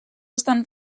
estan